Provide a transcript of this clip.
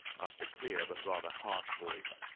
asked a clear but rather harsh voice.